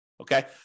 Okay